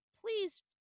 please